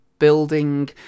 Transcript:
building